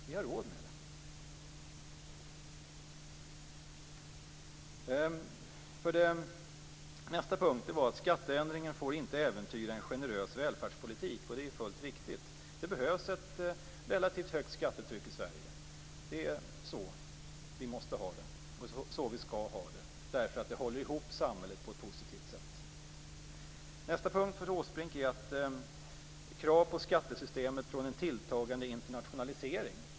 Vi har råd med det. Nästa punkt är att skatteändringen inte får äventyra en generös välfärdspolitik. Det är fullt riktigt. Det behövs ett relativt högt skattetryck i Sverige. Det är så vi måste ha det, och det är så vi skall ha det. Det håller ihop samhället på ett positivt sätt. Nästa punkt för Åsbrink är kraven på skattesystemet från en tilltagande internationalisering.